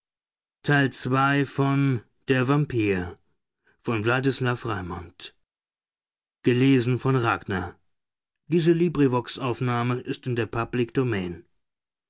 regentspark in der